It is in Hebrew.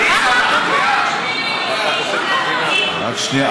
עליזה מצביעה, רק שנייה.